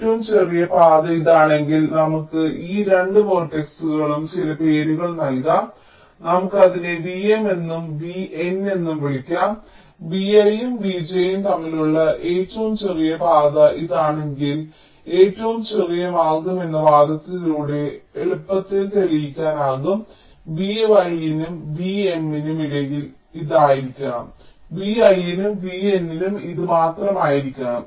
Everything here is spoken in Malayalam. ഏറ്റവും ചെറിയ പാത ഇതാണെങ്കിൽ നമുക്ക് ഈ രണ്ട് ശീർഷകങ്ങൾക്കും ചില പേരുകൾ നൽകാം നമുക്ക് അതിനെ vm എന്നും vn എന്നും വിളിക്കാം vi യും vj യും തമ്മിലുള്ള ഏറ്റവും ചെറിയ പാത ഇതാണെങ്കിൽ ഏറ്റവും ചെറിയ മാർഗ്ഗം എന്ന് വാദത്തിലൂടെ എളുപ്പത്തിൽ തെളിയിക്കാനാകും vi നും vm നും ഇടയിൽ ഇത് ആയിരിക്കണം vi യും vn ഉം ഇത് മാത്രമായിരിക്കണം